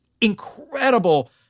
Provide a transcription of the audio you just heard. incredible